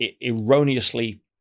erroneously